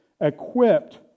equipped